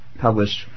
published